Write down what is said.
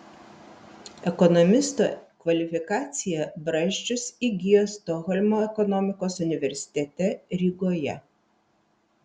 ekonomisto kvalifikaciją brazdžius įgijo stokholmo ekonomikos universitete rygoje